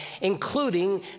including